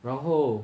然后